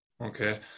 okay